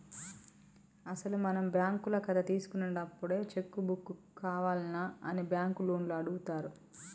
అసలు మనం బ్యాంకుల కథ తీసుకున్నప్పుడే చెక్కు బుక్కు కావాల్నా అని బ్యాంకు లోన్లు అడుగుతారు